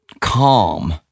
calm